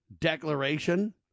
declaration